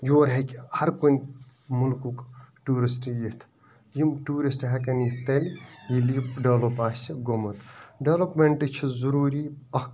یور ہیٚکہِ ہر کُنہِ مُلکُک ٹیٛورسِٹ یِتھ یم ٹیٛوٗرِسٹ ہٮ۪کَن یِتھ تیٚلہِ ییٚلہِ یہِ ڈیٚولپ آسہِ گوٚمُت ڈیٚولپمنٹ چھِ ضروٗری اکھ